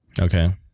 Okay